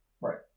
Right